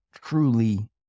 truly